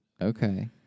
Okay